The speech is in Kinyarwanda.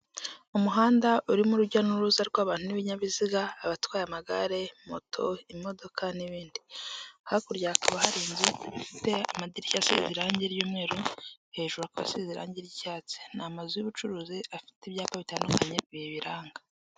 Umuhanda urimo urujya n'uruza rw'abantu n'ibinyabiziga abatwaye amagare, moto, imodoka n'ibindi. Hakurya hakaba hari inzu ifite amadirishya asize irangi ry'umweru, hejuru isize irangi ry'icyatsi. Ni amazu y'ubucuruzi afite ibyapa bitandukanye bibiranga.